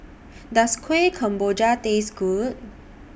Does Kueh Kemboja Taste Good